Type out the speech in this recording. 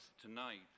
tonight